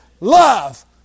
love